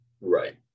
right